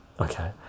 okay